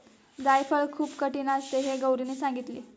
जायफळ खूप कठीण असते हे गौरीने सांगितले